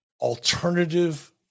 alternative